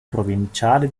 provinciale